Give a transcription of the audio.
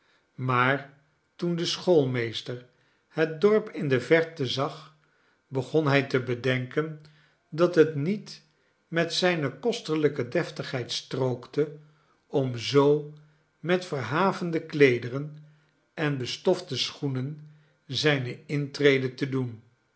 maar toen de schoolmeester het dorp in de verte zag begon hij te bedenken dat het niet met zijne kosterlijke deftigheid strookte om zoo met verhavende kleederen en bestofte schoenen zijne intrede te doen